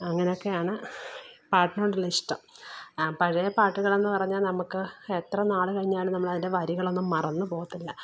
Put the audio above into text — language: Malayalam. അങ്ങനെയൊക്കെയാണ് പാട്ടിനോടുള്ള ഇഷ്ടം പഴയ പാട്ടുകളെന്നു പറഞ്ഞാൽ നമുക്ക് എത്ര നാൾ കഴിഞ്ഞാലും നമ്മളതിന്റെ വരികളൊന്നും മറന്ന് പോവത്തില്ല